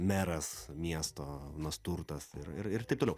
meras miesto nasturtas ir ir taip toliau